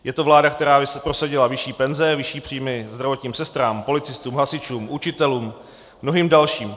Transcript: Je to vláda, která prosadila vyšší penze, vyšší příjmy zdravotním sestrám, policistům, hasičům, učitelům, mnohým dalším.